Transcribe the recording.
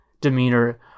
demeanor